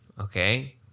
Okay